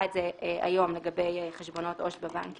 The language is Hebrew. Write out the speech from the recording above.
את זה היום לגבי חשבונות עו"ש בבנקים.